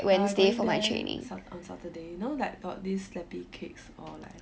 ya I going there satur~ on saturday you know like got this slappy cakes or like